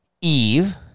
Eve